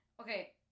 Okay